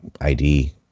ID